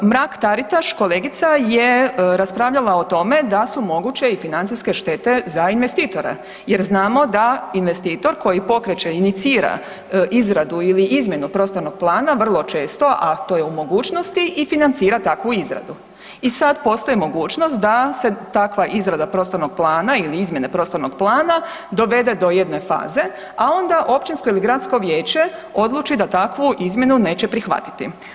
Mrak Taritaš kolegica je raspravljala o tome da su moguće i financijske štete za investitora jer znamo da investitor koji pokreće i inicira izradu ili izmjenu prostornog plana vrlo često, a to je u mogućnosti i financira takvu izradu i sad postoji mogućnost da se takva izrada prostornog plana ili izmjene prostornog plana dovede do jedne faze, a onda općinsko ili gradsko vijeće odluči da takvu izmjenu neće prihvatiti.